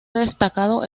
destacado